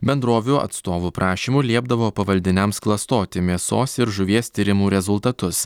bendrovių atstovų prašymu liepdavo pavaldiniams klastoti mėsos ir žuvies tyrimų rezultatus